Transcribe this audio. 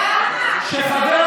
סגנון לא יפה.